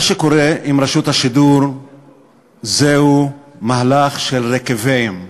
מה שקורה עם רשות השידור זהו מהלך של רקוויאם.